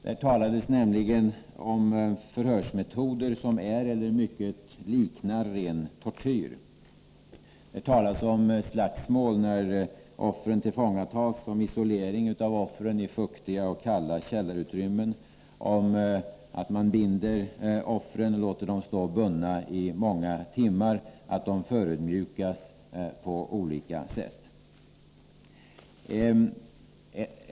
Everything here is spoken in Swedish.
Där talas nämligen om förhörsmetoder som är eller mycket liknar ren tortyr. Där talas om slagsmål när offren tillfångatas, om isolering av offren i fuktiga och kalla källarutrym men, om att man binder offren och låter dem stå bundna många timmar och att de förödmjukas på olika sätt.